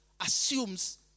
assumes